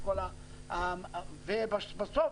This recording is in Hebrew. ובסוף,